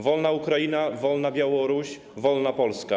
Wolna Ukraina, wolna Białoruś, wolna Polska.